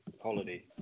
holiday